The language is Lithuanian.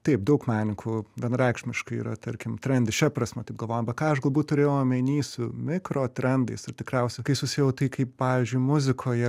taip daug menininkų vienareikšmiškai yra tarkim trendi šia prasme taip galvojam apie ką aš galbūt turėjau omeny su mikrotrendais ir tikriausiai kai susiejau tai kaip pavyzdžiui muzikoje